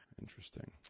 Interesting